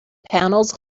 panels